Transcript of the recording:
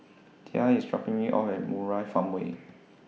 Tia IS dropping Me off At Murai Farmway